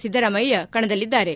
ಸಿದ್ದರಾಮಯ್ದ ಕಣದಲ್ಲಿದ್ದಾರೆ